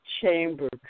chamber